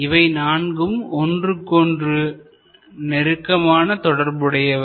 இவை நான்கும் ஒன்றுக்கொன்று நெருக்கமான தொடர்புடையவை